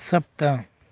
सप्त